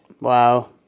Wow